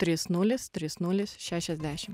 trys nulis trys nulis šešiasdešim